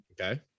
Okay